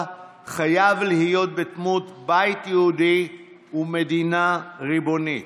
חייב להיות בדמות בית יהודי ומדינה ריבונית.